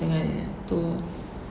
dengan tu